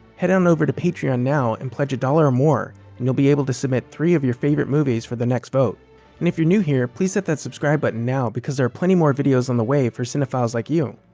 head on over to patron now and pledge a dollar or more and you'll be able to submit three of your favorite movies for the next vote. and if you're new here, please hit that subscribe button but now because there are plenty more videos on the way for cinephiles like you!